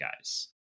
guys